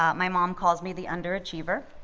um my mom calls me the underachiever